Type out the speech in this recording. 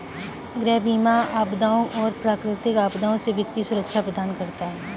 गृह बीमा आपदाओं और प्राकृतिक आपदाओं से वित्तीय सुरक्षा प्रदान करता है